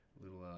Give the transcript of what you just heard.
little